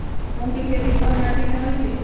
मूँग के खेती कौन मीटी मे होईछ?